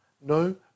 no